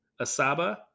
Asaba